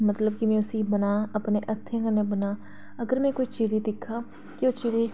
मतलब कि में उसी बनांऽ अपने हत्थें कन्नै बनांऽ अगर में कोई चिड़ी दिक्खां कि ओह् चिड़ी